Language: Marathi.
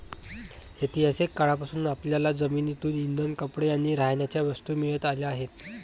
ऐतिहासिक काळापासून आपल्याला जमिनीतून इंधन, कपडे आणि राहण्याच्या वस्तू मिळत आल्या आहेत